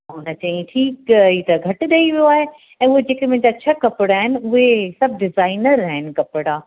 पोइ हुन चयईं ठीकु हीउ त घटि ॾेई वियो आहे ऐं उहे जेके मुंहिंजा छह कपिड़ा आहिनि उहे सभु डिज़ाइनर आहिनि कपिड़ा